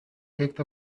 picked